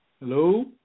Hello